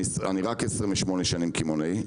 אני רק 28 שנים קמעונאי,